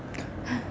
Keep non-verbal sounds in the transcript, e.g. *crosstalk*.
*noise*